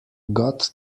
got